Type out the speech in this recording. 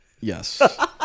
Yes